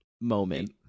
moment